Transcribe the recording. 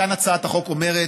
כאן הצעת החוק אומרת: